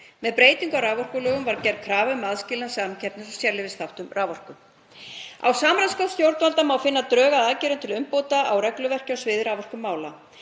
Með breytingu á raforkulögum var gerð krafa um aðskilnað samkeppnis- og sérleyfisþátta raforku. Á samráðsgátt stjórnvalda má finna drög að aðgerðum til umbóta á regluverki á sviði raforkumála.